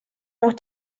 noch